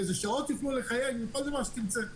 באיזה שעות ייתנו לחייג וכל דבר שתמצא לנכון.